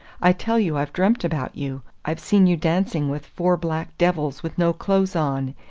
i tell you i've dreamt about you. i've seen you dancing with four black devils with no clothes on,